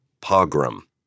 pogrom